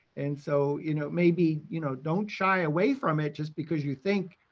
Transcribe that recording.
and so, you know, maybe, you know, don't shy away from it just because you think,